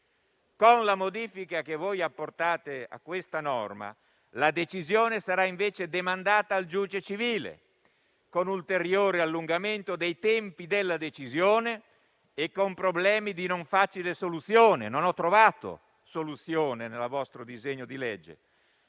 Con la modifica che apportate a questa norma la decisione sarà demandata, invece, al giudice civile, con ulteriore allungamento dei tempi della decisione e con problemi di non facile soluzione - non ho trovato soluzione nel vostro disegno di legge